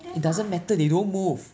it doesn't matter they don't move